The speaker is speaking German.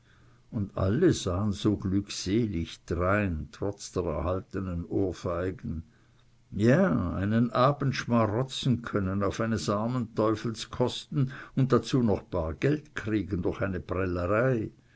und alle sahen so glückselig drein trotz der erhaltenen ohrfeigen ja einen abend schmarotzen zu können auf eines armen teufels kosten und dazu noch bar geld kriegen durch eine prellerei